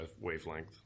wavelength